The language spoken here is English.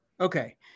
Okay